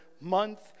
month